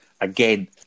Again